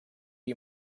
you